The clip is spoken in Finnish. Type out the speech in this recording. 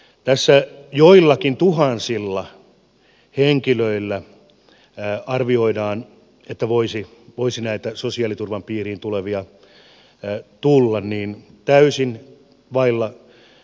tässä kun joillakin tuhansilla henkilöillä arvioidaan että voisi näitä sosiaaliturvan piiriin tulevia tulla niin se on täysin vailla todellisuuspohjaa